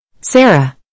Sarah